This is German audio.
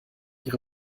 ihre